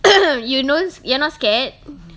you n~ you're not scared